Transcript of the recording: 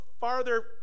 farther